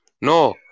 No